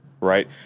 right